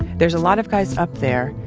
there's a lot of guys up there,